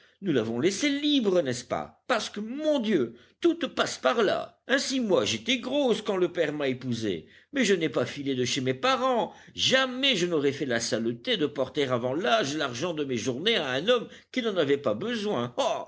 nous l'avons laissée libre n'est-ce pas parce que mon dieu toutes passent par là ainsi moi j'étais grosse quand le père m'a épousée mais je n'ai pas filé de chez mes parents jamais je n'aurais fait la saleté de porter avant l'âge l'argent de mes journées à un homme qui n'en avait pas besoin ah